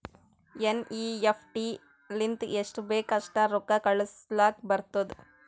NEFT ಲಿಂತ ಎಸ್ಟ್ ಬೇಕ್ ಅಸ್ಟ್ ರೊಕ್ಕಾ ಕಳುಸ್ಲಾಕ್ ಬರ್ತುದ್